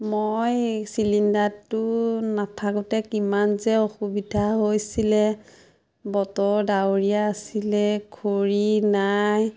মই চিলিণ্ডাৰটো নাথাকোঁতে কিমান যে অসুবিধা হৈছিলে বতৰ ডাৱৰীয়া আছিলে খৰি নাই